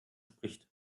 spricht